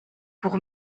pour